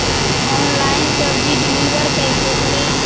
Online सब्जी deliver कैसे करें?